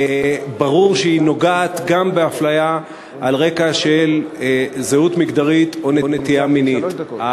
ברור שהיא נוגעת גם בהפליה על רקע זהות מגדרית או נטייה מינית.